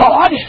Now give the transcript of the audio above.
God